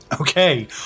Okay